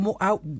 out